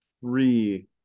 three